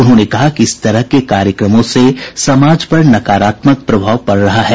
उन्होंने कहा कि इस तरह के कार्यक्रमों से समाज पर नकारात्मक प्रभाव पड़ रहा है